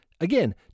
again